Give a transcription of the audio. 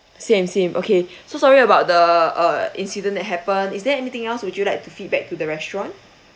same same okay so sorry about the uh incident that happened is there anything else would you like to feedback to the restaurant